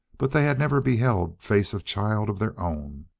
but they had never beheld face of child of their own.